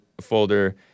folder